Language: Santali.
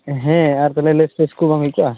ᱦᱮᱸ ᱟᱨ ᱛᱟᱦᱚᱞᱮ ᱞᱮᱯᱥᱮᱥ ᱠᱚ ᱵᱟᱝ ᱦᱩᱭᱠᱚᱜᱼᱟ